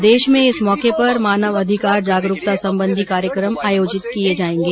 प्रदेश में इस मौके पर मानव अधिकार जागरुकता संबंधी कार्यक्रम आयोजित किए जाएंगे